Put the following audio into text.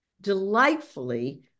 delightfully